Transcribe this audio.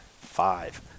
Five